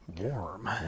warm